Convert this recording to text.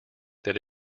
that